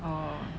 oo